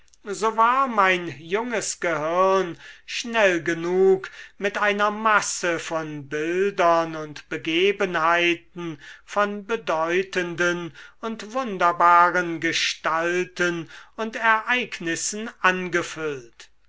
so war mein junges gehirn schnell genug mit einer masse von bildern und begebenheiten von bedeutenden und wunderbaren gestalten und ereignissen angefüllt